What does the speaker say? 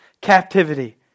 captivity